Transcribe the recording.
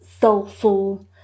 soulful